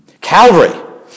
Calvary